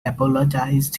apologized